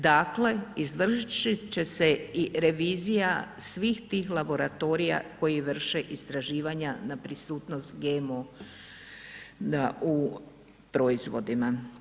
Dakle, izvršit će se i revizija svih tih laboratorija koji vrše istraživanja na prisutnost GMO u proizvodima.